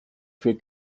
für